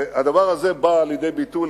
הדבר הזה בא לידי ביטוי,